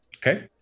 Okay